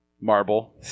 Marble